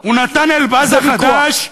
הוא נתן אלבז החדש?